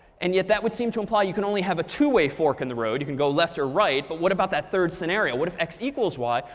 and yet that would seem to imply you can only have a two way fork in the road. you can go left or right, but what about that third scenario? what if x equals y?